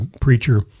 preacher